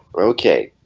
okay,